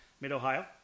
Mid-Ohio